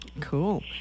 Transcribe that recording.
Cool